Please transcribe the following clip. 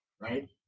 right